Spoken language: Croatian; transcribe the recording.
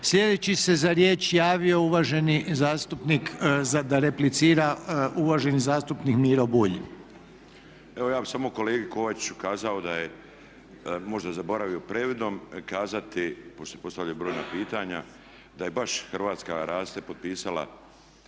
Sljedeći se za riječ javio uvaženi zastupnik za da replicira, uvaženi zastupnik Miro Bulj. **Bulj, Miro (MOST)** Evo ja bih samo kolegi Kovačiću kazao da je možda zaboravio previdom kazati, pošto se postavljaju brojna pitanja, da baš Hrvatska raste potpisala